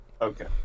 Okay